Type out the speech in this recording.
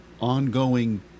ongoing